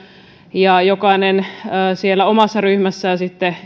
ja jokainen siellä omassa ryhmässään